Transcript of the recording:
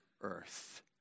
earth